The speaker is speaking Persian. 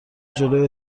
جلوی